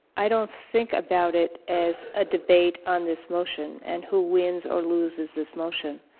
i don't think about it as a debate on this motion and who wins or loses this motion.